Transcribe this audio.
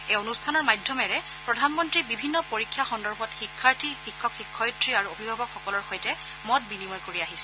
এই অনুষ্ঠানৰ মাধ্যমেৰে প্ৰধানমন্ত্ৰীয়ে বিভিন্ন পৰীক্ষা সন্দৰ্ভত শিক্ষাৰ্থী শিক্ষক শিক্ষয়িত্ৰী আৰু অভিভাৱক সকলৰ সৈতে মত বিনিময় কৰি আহিছে